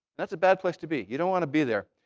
that's a bad place to be. you don't want to be there.